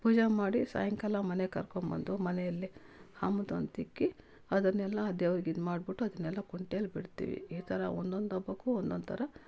ಪೂಜೆ ಮಾಡಿ ಸಾಯಂಕಾಲ ಮನೆಗೆ ಕರ್ಕೊಬಂದು ಮನೇಯಲ್ಲಿ ಹಮ್ದೊಂದ್ ತಿಕ್ಕಿ ಅದನೆಲ್ಲಾ ಆ ದೇವ್ರಿಗೆ ಇದು ಮಾಡಿಬಿಟ್ಟು ಅದನೆಲ್ಲ ಕುಂಟೆಲಿ ಬಿಡ್ತೀವಿ ಈ ಥರ ಒಂದೊಂದು ಹಬ್ಬಕ್ಕೂ ಒಂದೊಂದು ಥರ